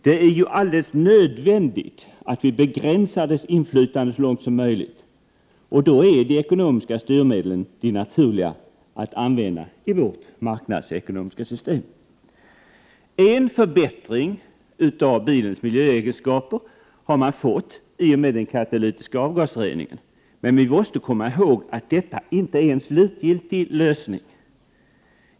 Det är ju alldeles nödvändigt att vi begränsar dess inflytande så långt det är möjligt. Då är de ekonomiska styrmedlen de naturliga att använda i vårt marknadsekonomiska system. En förbättring av bilens miljöegenskaper har man fått i och med den katalytiska avgasreningen, men vi måste komma ihåg att detta inte är en slutgiltig lösning.